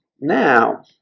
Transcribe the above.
now